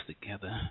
together